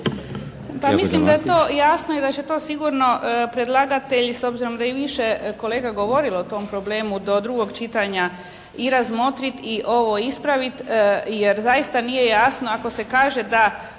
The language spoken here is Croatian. Pa mislim da je to jasno i da će to sigurno predlagatelj s obzirom da je i više kolega govorilo o tom problemu do drugog čitanja i razmotrit i ovo ispravit jer zaista nije jasno ako se kaže da